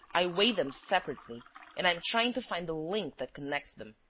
i weigh them separately and i am trying to find the link that connects them.